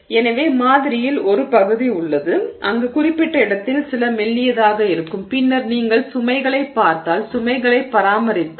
எனவே மாதிரியில் ஒரு பகுதி உள்ளது அங்கு குறிப்பிட்ட இடத்தில் சில மெல்லியதாக இருக்கும் பின்னர் நீங்கள் சுமைகளைப் பார்த்தால் சுமைகளைப் பராமரித்தால்